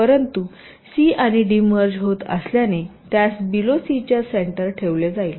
परंतु येथे c आणि d मर्ज होत असल्यानेत्यास बिलो c च्या सेंटर ठेवले जाईल